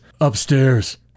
upstairs